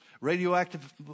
radioactive